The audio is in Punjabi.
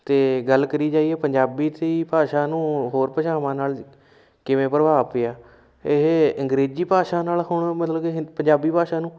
ਅਤੇ ਗੱਲ ਕਰੀ ਜਾਈਏ ਪੰਜਾਬੀ ਦੀ ਭਾਸ਼ਾ ਨੂੰ ਹੋਰ ਭਾਸ਼ਾਵਾਂ ਨਾਲ ਕਿਵੇਂ ਪ੍ਰਭਾਵ ਪਿਆ ਇਹ ਅੰਗਰੇਜ਼ੀ ਭਾਸ਼ਾ ਨਾਲ ਹੁਣ ਮਤਲਬ ਕਿ ਪੰਜਾਬੀ ਭਾਸ਼ਾ ਨੂੰ